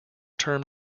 term